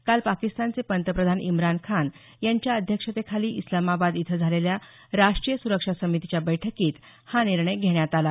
काल पाकिस्तानचे पंतप्रधान इम्रानखान यांच्या अध्यक्षतेखाली इस्लामाबाद इथं झालेल्या राष्ट्रीय सुरक्षा समितीच्या बैठकीत हा निर्णय घेण्यात आला